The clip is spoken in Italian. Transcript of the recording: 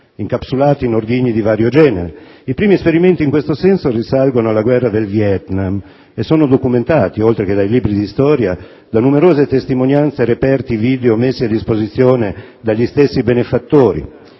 incapsulati in ordigni di vario genere. I primi esperimenti in questo senso risalgono alla guerra del Vietnam e sono documentati, oltre che dai libri di storia, da numerose testimonianze e reperti video messi a disposizione dagli stessi benefattori.